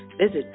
visit